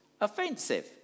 offensive